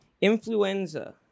Influenza